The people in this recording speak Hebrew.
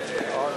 חיליק עזב את